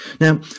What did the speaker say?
now